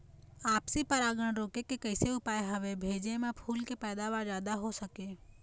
आपसी परागण रोके के कैसे उपाय हवे भेजे मा फूल के पैदावार जादा हों सके?